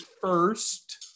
first